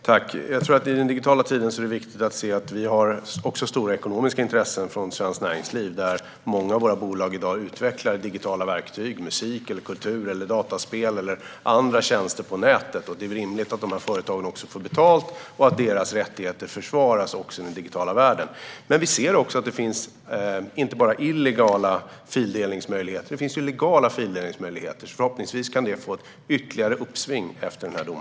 Fru talman! I den digitala tiden är det viktigt att se att vi har stora ekonomiska intressen inom svenskt näringsliv, där många av våra bolag i dag utvecklar digitala verktyg - musik, kultur, dataspel eller andra tjänster på nätet. Det är rimligt att dessa företag får betalt och att deras rättigheter försvaras också i den digitala världen. Vi ser att det finns inte bara illegala utan också legala fildelningsmöjligheter. Förhoppningsvis kan de få ytterligare uppsving efter denna dom.